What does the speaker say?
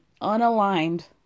unaligned